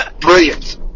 Brilliant